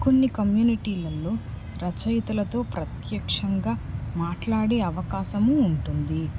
కొన్ని కమ్యూనిటీలల్లో రచయితలతో ప్రత్యక్షంగా మాట్లాడే అవకాశము ఉంటుంది